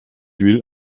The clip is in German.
will